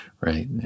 right